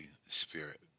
spirit